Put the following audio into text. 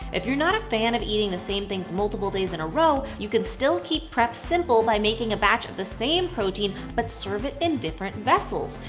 if you're not a fan of eating the same things multiple days in a row, you could still keep simple by making a batch of the same protein but serve it in different vessels.